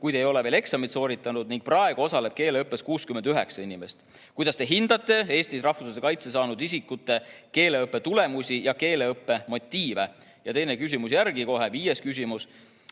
kuid ei ole veel eksamit sooritanud ning praegu osaleb keeleõppes 69 inimest. Kuidas Te hindate Eestis rahvusvahelise kaitse saanud isikute keeleõppe tulemusi ja keeleõppe motiive?" Ja teine küsimus järgi kohe, viies küsimus: